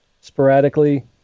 sporadically